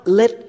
let